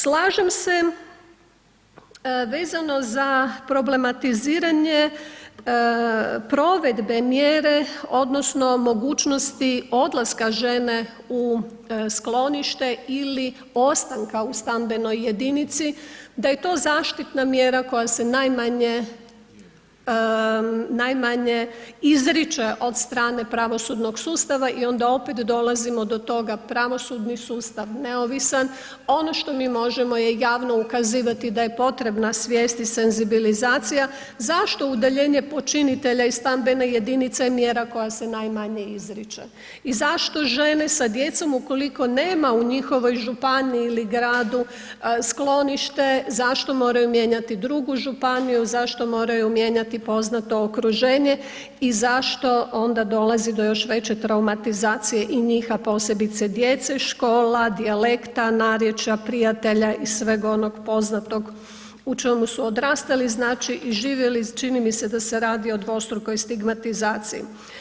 Slažem se vezano za problematiziranje provedbe mjere odnosno mogućnosti odlaska žene u sklonište ili ostanka u stambenoj jedinici, da je to zaštitna mjera koja se najmanje izriče od strane pravosudnog sustava i onda opet dolazimo do toga pravosudni sustav neovisan, ono što mi možemo je javno ukazivati da je potrebna svijest i senzibilizacija, zašto udaljenje počinitelja i stambene jedinice je mjera koja se najmanje izriče i zašto žene sa djecom ukoliko nema u njihovoj županiji ili gradu sklonište, zašto moraju mijenjati drugu županiju, zašto moraju mijenjati poznato okruženje i zašto onda dolazi do još veće traumatizacije i njih a posebice djece, škola, dijalekta, narječja, prijatelja i sveg onog poznatog u čemu su odrastali, znači i živjeli, čini mi se da s radi o dvostrukoj stigmatizaciji.